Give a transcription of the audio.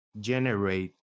generate